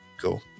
Cool